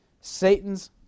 Satan's